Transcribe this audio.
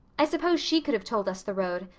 i suppose she could have told us the road,